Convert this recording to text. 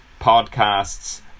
podcasts